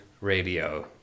Radio